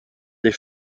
des